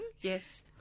Yes